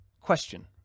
question